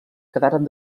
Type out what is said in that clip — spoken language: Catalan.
quedaren